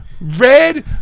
red